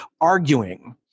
arguing